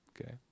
okay